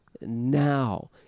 now